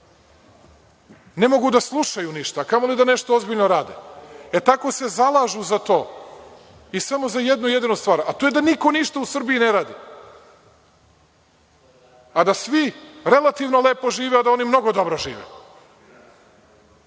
Ne mogu da slušaju ništa, a kamoli da nešto ozbiljno rade. Tako se zalažu za to i samo za jednu jedinu stvar, a to je da niko ništa u Srbiji ne radi, a da svi relativno lepo žive, a da oni mnogo dobro